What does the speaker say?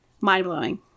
mind-blowing